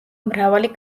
მრავალი